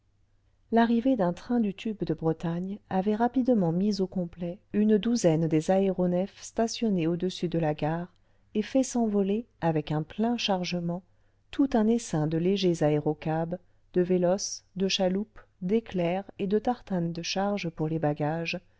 l'arrivée d'un train du tube de bretagne avait rapidement mis au complet une douzaine des aéronefs stationnées au-dessus de la gare et fait s'envoler avec un plein chargement tout un essaim de légers aérocabs de véloces de chaloupes d'éclairs et de tartanes de charge pour les bagages